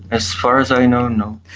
as far as i know, no.